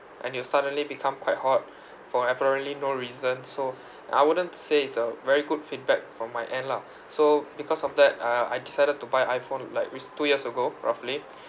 and it will suddenly become quite hot for apparently no reason so I I wouldn't say it's a very good feedback from my end lah so because of that uh I decided to buy iphone like which two years ago roughly